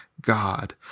God